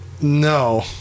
No